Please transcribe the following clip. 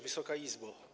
Wysoka Izbo!